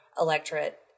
electorate